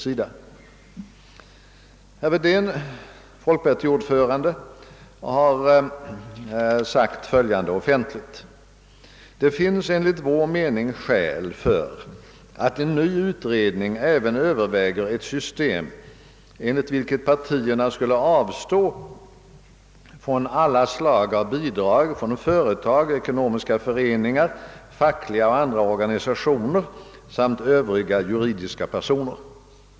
Herr Wedén, folkpartiets ordförande, har sagt följande offentligt: »Det finns enligt vår mening skäl för att en ny utredning även Ööverväger ett system enligt vilket partierna skulle avstå från alla slag av bidrag från företag, ekonomiska föreningar, fackliga och andra organisationer samt Övriga juridiska personer.